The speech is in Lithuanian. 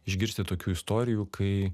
išgirsti tokių istorijų kai